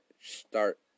start